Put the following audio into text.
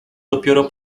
dopiero